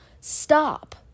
Stop